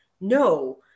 no